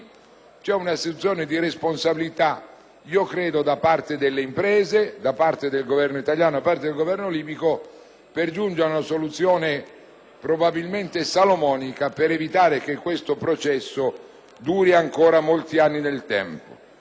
è un'assunzione di responsabilità, a mio avviso, da parte delle imprese, del Governo italiano e del Governo libico, per giungere ad una soluzione, probabilmente salomonica, per evitare che questo processo duri ancora molti anni nel tempo.